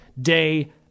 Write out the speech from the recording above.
day